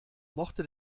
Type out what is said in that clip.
mochte